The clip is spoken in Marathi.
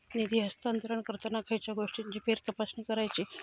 निधी हस्तांतरण करताना खयच्या गोष्टींची फेरतपासणी करायची?